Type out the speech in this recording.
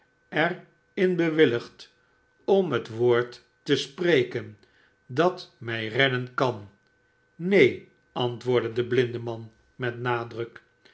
er in bewilhgd om het woord te spreken dat mij redden kan neen antwoordde de blindeman met nadruk